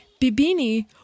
Bibini